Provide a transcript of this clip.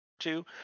two